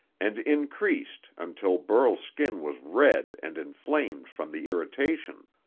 and increased until burl's skin was red and inflamed from the irritation.